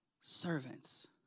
servants